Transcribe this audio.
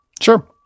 Sure